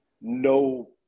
no